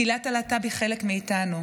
קהילת הלהט"ב היא חלק מאיתנו.